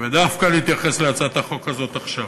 ודווקא להתייחס להצעת החוק הזאת עכשיו.